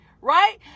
right